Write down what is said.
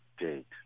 date